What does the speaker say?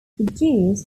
reactions